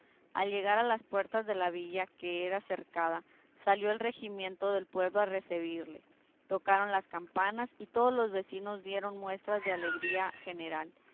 al llegar a las puertas de la villa que era cercada salió el regimiento del pueblo a recebirle tocaron las campanas y todos los vecinos dieron muestras de general